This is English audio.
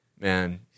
Man